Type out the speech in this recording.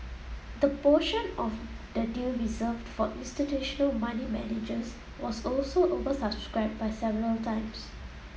the portion of the deal reserved for institutional money managers was also oversubscribed by several times